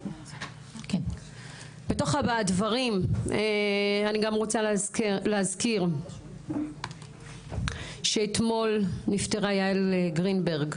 בתוך הדברים אני גם רוצה להזכיר אתמול נפטרה יעל גרינברג,